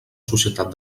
societat